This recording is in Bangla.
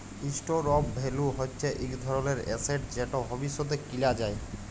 ইসটোর অফ ভ্যালু হচ্যে ইক ধরলের এসেট যেট ভবিষ্যতে কিলা যায়